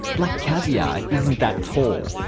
black caviar isn't that tall.